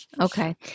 okay